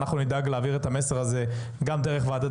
ואנחנו נדאג להעביר את המסר הזה גם דרך ועדת